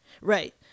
Right